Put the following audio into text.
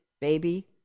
baby